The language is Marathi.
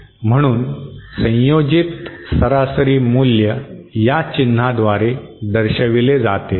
म्हणून संयोजित सरासरी मूल्य या चिन्हाद्वारे दर्शविले जाते